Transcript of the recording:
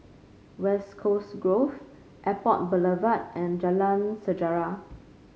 West Coast Grove Airport Boulevard and Jalan Sejarah